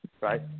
right